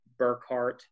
Burkhart